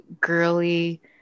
girly